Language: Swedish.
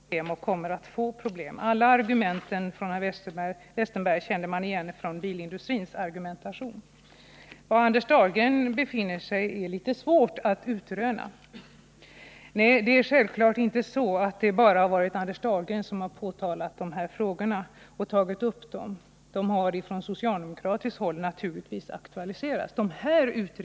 Fru talman! Det var intressant att lyssna på Per Westerberg, den moderate riksdagsmannen som alltså är partivän till några av Anders Dahlgrens regeringskolleger. Han tyckte att det hänt väldigt mycket och att man kommit mycket långt på det här området. Vi borde egentligen nöja oss med vad som gjorts, för bilindustrin har problem och kommer att få problem. — Alla de argument som Per Westerberg anförde känns igen från bilindustrins argumentation. Var Anders Dahlgren står i den här frågan är däremot litet svårt att utröna. Självfallet är det inte så att det bara är Anders Dahlgren som har pekat på problemen och tagit upp dem. De har också aktualiserats från socialdemokratiskt håll.